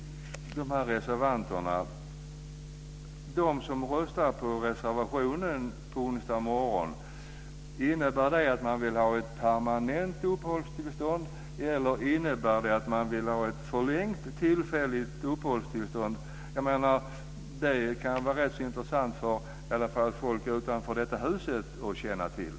Vill de som röstar på reservationen på onsdag morgon ha ett permanent uppehållstillstånd eller innebär reservationen att man vill ha ett förlängt tillfälligt uppehållstillstånd? Det kan i alla fall vara rätt intressant för människor utanför detta hus att känna till.